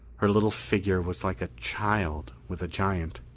her little figure was like a child with a giant.